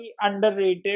underrated